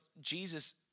Jesus